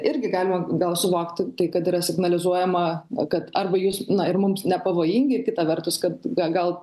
irgi galima gal suvokti tai kad yra signalizuojama kad arba jūs na ir mums nepavojingi kita vertus kad gal